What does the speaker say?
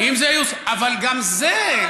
אבל גם זה,